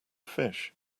fish